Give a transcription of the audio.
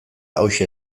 hauxe